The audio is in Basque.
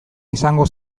izango